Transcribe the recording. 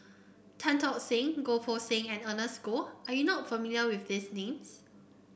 Tan Tock Seng Goh Poh Seng and Ernest Goh are you not familiar with these names